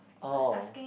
oh